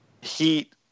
heat